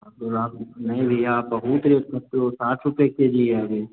आप तो नहीं भैया आप बहुत रेट कहते हो साठ रुपये के जी है अभी